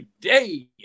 today